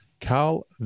Carl